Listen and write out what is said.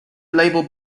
label